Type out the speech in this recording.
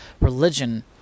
religion